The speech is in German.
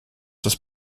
das